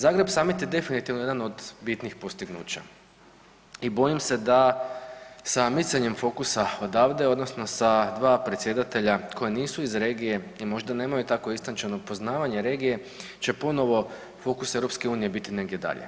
Zagreb summit je definitivno jedan od bitnih postignuća i bojim se da sa micanjem fokusa odavde odnosno sa dva predsjedatelja koja nisu iz regije i možda nemaju tako istančano poznavanje regije će ponovno fokus EU biti negdje dalje.